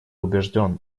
убежден